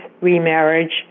remarriage